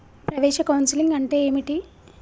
ప్రవేశ కౌన్సెలింగ్ అంటే ఏమిటి?